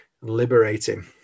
liberating